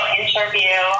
interview